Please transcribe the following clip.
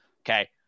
okay